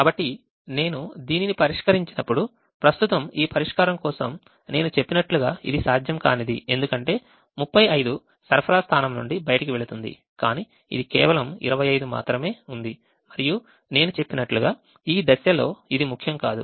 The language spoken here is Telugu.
కాబట్టి నేను దీనిని పరిష్కరించినప్పుడు ప్రస్తుతం ఈ పరిష్కారం కోసం నేను చెప్పినట్లుగా ఇది సాధ్యం కానిది ఎందుకంటే 35 సరఫరా స్థానం నుండి బయటకు వెళుతోంది కానీ ఇది కేవలం 25 మాత్రమే ఉంది మరియు నేను చెప్పినట్లుగా ఈ దశలో ఇది ముఖ్యం కాదు